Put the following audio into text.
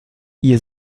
ihr